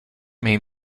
may